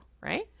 right